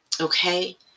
okay